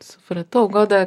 supratau goda